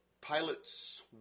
pilots